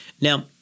Now